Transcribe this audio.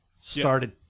started